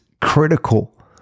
critical